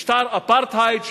משטר אפרטהייד,